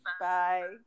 bye